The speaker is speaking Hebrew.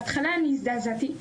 בהתחלה אני הזדעזעתי.